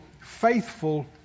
Faithful